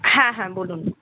হ্যাঁ হ্যাঁ বলুন